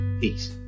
peace